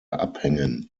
abhängen